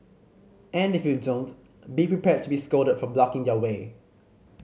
and if you don't be prepared to be scolded for blocking their way